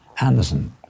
Anderson